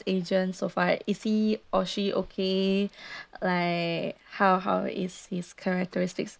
agent so far is he or she okay like how how is his characteristics